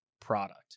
product